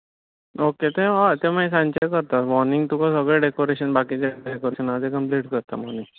okay तें हय तें मागीर सांजचे करतात मोर्नींग तुका सगळें डेकोरेशन बाकीचें तें कंप्लीट करतात